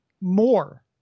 more